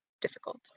difficult